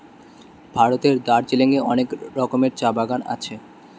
ভারতের দার্জিলিং এ অনেক রকমের চা বাগান আছে